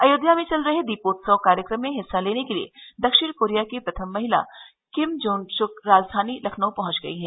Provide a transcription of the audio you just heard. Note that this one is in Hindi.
अयोध्या में चल रहे दीपोत्सव कार्यक्रम में हिस्सा लेने के लिए दक्षिण कोरिया की प्रथम महिला किमजोंग सुक राजधानी लखनऊ पहुंच गई हैं